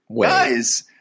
guys